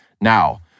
Now